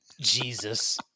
Jesus